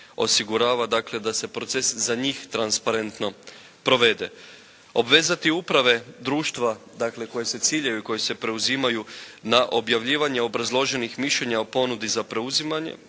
osigurava dakle da se proces za njih transparentno provede. Obvezati uprave društva dakle koji se ciljaju, koji se preuzimaju na objavljivanje obrazloženih mišljenja o ponudi za preuzimanje,